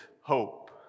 hope